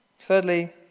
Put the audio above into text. Thirdly